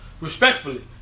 respectfully